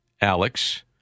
Alex